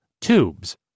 Tubes